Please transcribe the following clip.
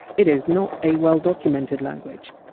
it is not a well-documented language.